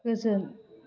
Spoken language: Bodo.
गोजोन